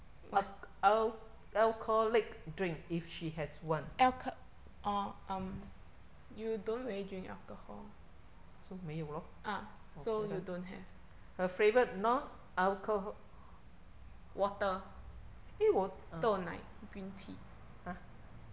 al~ alcoholic drink if she has one so 没有 lor okay lor her favourite non-alcohol~ eh 我 !huh!